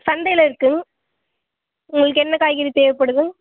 சந்தையில் இருக்குதுங் உங்களுக்கு என்ன காய்கறி தேவைப்படுதுங்